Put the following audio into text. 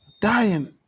dying